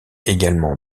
également